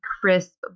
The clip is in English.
crisp